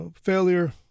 failure